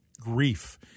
grief